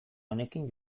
honekin